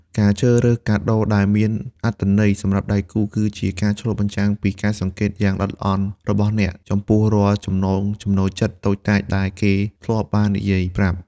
ការជ្រើសរើសកាដូដែលមានអត្ថន័យសម្រាប់ដៃគូ គឺជាការឆ្លុះបញ្ចាំងពីការសង្កេតយ៉ាងល្អិតល្អន់របស់អ្នក ចំពោះរាល់ចំណង់ចំណូលចិត្តតូចតាចដែលគេធ្លាប់បាននិយាយប្រាប់។